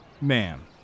ma'am